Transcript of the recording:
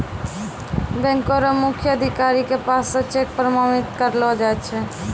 बैंको र मुख्य अधिकारी के पास स चेक प्रमाणित करैलो जाय छै